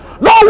No